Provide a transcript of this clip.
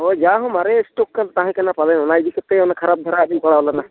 ᱦᱳᱭ ᱡᱟ ᱦᱳᱠ ᱢᱟᱨᱮ ᱥᱴᱚᱠ ᱠᱟᱱ ᱛᱟᱦᱮᱸ ᱠᱟᱱᱟ ᱯᱟᱞᱮᱱ ᱚᱱᱟ ᱤᱫᱤ ᱠᱟᱛᱮᱫ ᱚᱱᱟ ᱠᱷᱟᱨᱟᱯ ᱫᱚᱦᱟᱸᱜ ᱤᱧ ᱯᱟᱲᱟᱣ ᱞᱮᱱᱟ